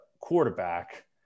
quarterback